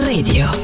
Radio